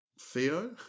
Theo